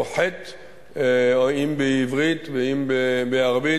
אם בעברית ואם בערבית,